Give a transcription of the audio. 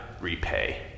repay